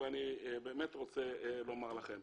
ממה שבדקתי,